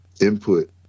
input